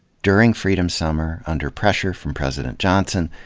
during freedom summer, under pressure from president johnson,